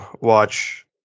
watch